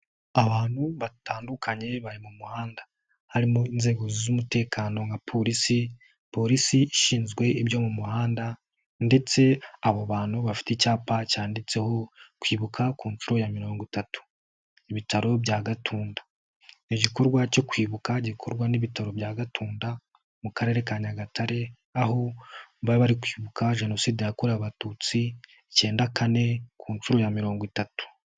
Abantu batandukanye bari mu muhanda. Harimo inzego z'umutekano nka Polisi, Polisi ishinzwe ibyo mu muhanda, ndetse abo bantu bafite icyapa cyanditseho, Kwibuka ku nshuro ya mirongo itatu. Ibitaro bya Gatunda. Ni igikorwa cyo kwibuka gikorwa n'ibitaro bya Gatunda, mu Karere ka Nyagatare ,aho bari bari kwibuka Jenoside yakorewe abatutsi icyenda kane, ku nshuro ya mirongo itatu.